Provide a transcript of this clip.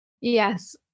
Yes